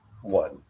one